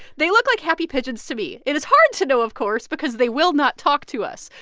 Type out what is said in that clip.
they look like happy pigeons to me. it is hard to know, of course, because they will not talk to us,